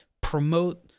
promote